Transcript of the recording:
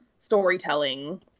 storytelling